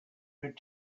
could